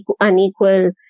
unequal